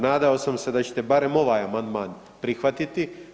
Nadao sam se da ćete barem ovaj amandman prihvatiti.